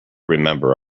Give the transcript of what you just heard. remember